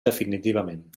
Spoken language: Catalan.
definitivament